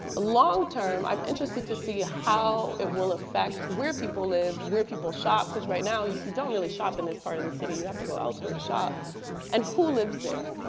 long term, i'm interested to see how it will affect where people live, where people shop because right now you you don't really shop in this part of the city, you have to go elsewhere to shop and who lives there.